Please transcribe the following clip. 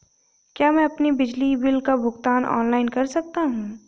क्या मैं अपने बिजली बिल का भुगतान ऑनलाइन कर सकता हूँ?